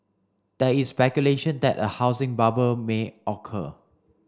there is speculation that a housing bubble may occur